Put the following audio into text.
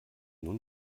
nun